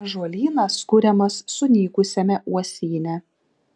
ąžuolynas kuriamas sunykusiame uosyne